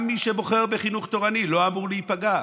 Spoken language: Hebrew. גם מי שבוחר בחינוך תורני לא אמור להיפגע,